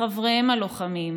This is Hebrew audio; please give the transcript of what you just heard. מחבריהם הלוחמים,